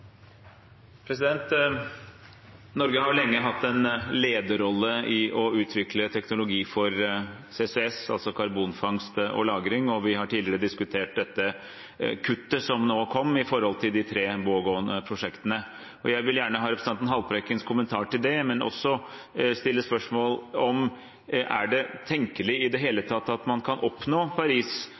replikkordskifte. Norge har lenge hatt en lederrolle i å utvikle teknologi for CCS, altså karbonfangst og -lagring, og vi har tidligere diskutert dette kuttet som nå kom, i forhold til de tre pågående prosjektene. Jeg vil gjerne ha representanten Haltbrekkens kommentar til det, men også stille spørsmålet: Er det tenkelig i det hele tatt at man kan oppnå